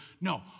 no